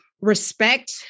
respect